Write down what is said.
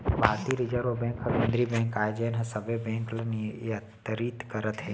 भारतीय reserve bank ह केंद्रीय बेंक आय जेन ह सबो बेंक ल नियतरित करथे